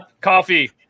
coffee